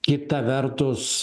kita vertus